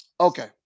Okay